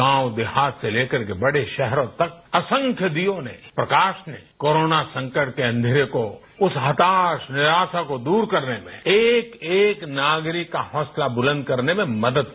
गांव देहात से लेकर बड़े शहरों तक असंख्य दीयों ने प्रकाश ने कोरोना संकट के अंधेरे को उस हताश निराशा को दूर करने में एक एक नागरिक का हौसला बुलंद करने में मदद की